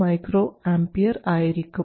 IL 120 µA ആയിരിക്കും